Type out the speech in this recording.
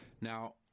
now